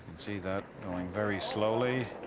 see that going very slowly.